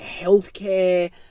healthcare